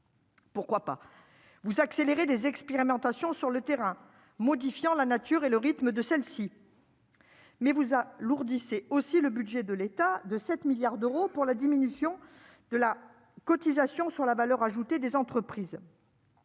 Pourquoi pas vous accélérez des expérimentations sur le terrain, modifiant la nature et le rythme de celles-ci. Mais vous à Lourdes il c'est aussi le budget de l'État de 7 milliards d'euros pour la diminution de la cotisation sur la valeur ajoutée des entreprises.